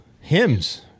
hymns